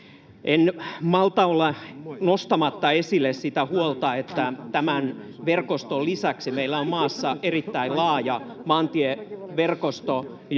En malta olla nostamatta esille sitä huolta, että tämän verkoston lisäksi meillä on maassa erittäin laaja maantieverkosto,